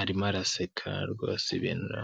arimo araseka rwose ibintu.